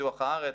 בפיתוח הארץ.